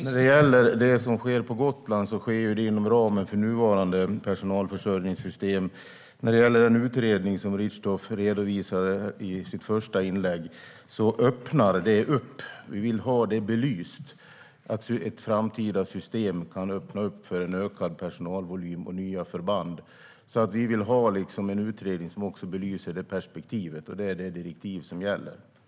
Herr talman! Det som sker på Gotland sker inom ramen för nuvarande personalförsörjningssystem. När det gäller den utredning Richtoff hänvisade till i sitt första inlägg vill vi ha det belyst hur ett framtida system kan öppna upp för en ökad personalvolym och nya förband. Vi vill alltså ha en utredning som även belyser det perspektivet, och det är det direktiv som gäller.